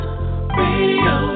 radio